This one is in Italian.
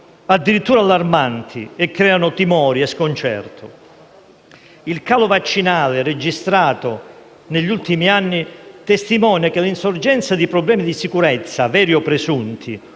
addirittura allarmanti, e creano timori e sconcerto. Il calo vaccinale, registrato negli ultimi anni, testimonia che l'insorgenza di problemi di sicurezza, veri o presunti,